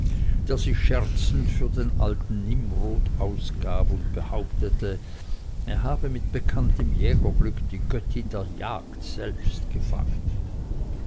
der sich scherzend für den alten nimrod ausgab und behauptete er habe mit bekanntem jägerglück die göttin der jagd selbst gefangen